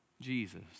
Jesus